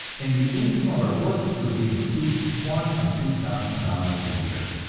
and the income of our workers would be increased one or two thousand dollars a year.